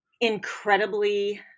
incredibly